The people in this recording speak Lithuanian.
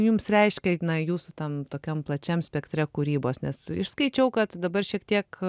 jums reiškiaig na jūsų tam tokiam plačiam spektre kūrybos nes išskaičiau kad dabar šiek tiek